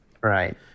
right